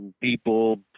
people